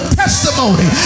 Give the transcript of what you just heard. testimony